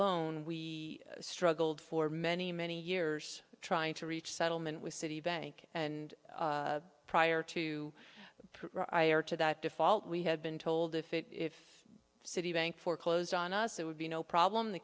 loan we struggled for many many years trying to reach settlement with citibank and prior to that default we had been told if it if citibank foreclose on us it would be no problem the